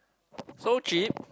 so cheap